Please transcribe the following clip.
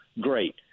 Great